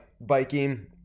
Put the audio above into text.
biking